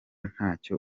ntacyo